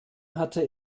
hatte